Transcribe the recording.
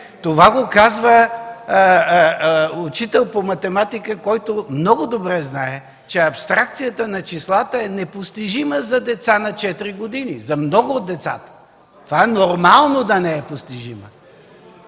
Това го казва учител по математика, който много добре знае, че абстракцията на числата е непостижима за деца на четири години, за много от децата. Това е нормално – да не е постижима.